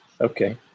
Okay